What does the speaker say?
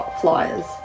flyers